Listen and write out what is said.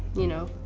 you know,